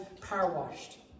power-washed